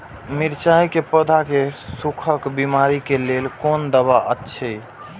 मिरचाई के पौधा के सुखक बिमारी के लेल कोन दवा अछि?